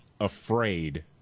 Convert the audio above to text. afraid